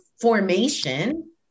formation